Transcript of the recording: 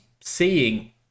seeing